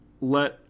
let